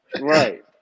right